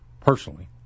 personally